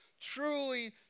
truly